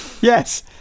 Yes